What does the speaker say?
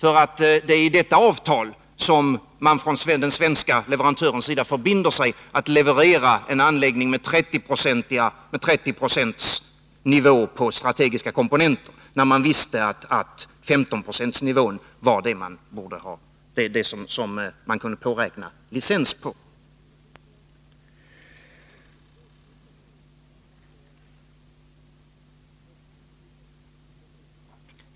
Det är i detta avtal som den svenske leverantören förbinder sig att leverera en anläggning, där andelen strategiska komponenter skulle uppgå till 30 26, fastän man visste att 15-procentsnivån var det som man kunde påräkna licens för.